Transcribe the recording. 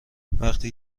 وقتی